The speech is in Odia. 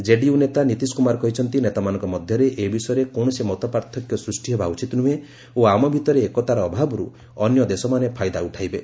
କେଡିୟୁ ନେତା ନୀତିଶ କୁମାର କହିଛନ୍ତି ନେତାମାନଙ୍କ ମଧ୍ୟରେ ଏ ବିଷୟରେ କୌଣସି ମତପାର୍ଥକ୍ୟ ସୃଷ୍ଟି ହେବା ଉଚିତ୍ ନୁହେଁ ଓ ଆମ ଭିତରେ ଏକତାର ଅଭାବରୁ ଅନ୍ୟ ଦେଶମାନେ ଫାଇଦା ଉଠାଇବେ